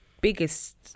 biggest